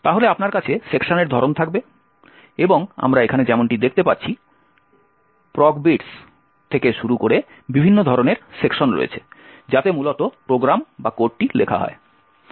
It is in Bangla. তাহলে আপনার কাছে সেকশনের ধরন থাকবে এবং আমরা এখানে যেমনটি দেখতে পাচ্ছি PROGBITS থেকে শুরু করে বিভিন্ন ধরনের সেকশন রয়েছে যাতে মূলত প্রোগ্রাম বা কোডটি লেখা হয়